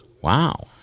Wow